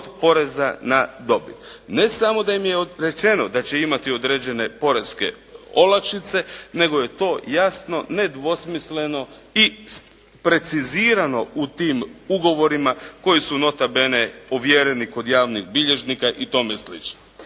Ne samo da im je rečeno da će imati određene poreske olakšice, nego je to jasno nedvosmisleno i precizirano u tim ugovorima koji su nota bene ovjereni kod javnih bilježnika i tome slično.